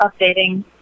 updating